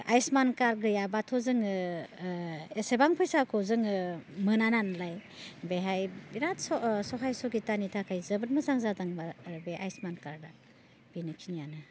Ayushman card गैयाबाथ' जोङो एसेबां फैसाखौ जोङो मोनानालाय बेहाय बेराद स सहाय सुबिदानि थाखाय जोबोत मोजां जादों आरो बे आयुष्मान कार्टआ बेनोखिनियानो